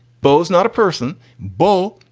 bo is not a person bo.